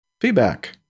feedback